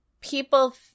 people